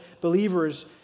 believers